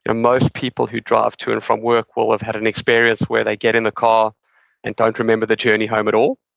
and most people who drive to and from work will have had an experience where they get in the car and don't remember the journey home at all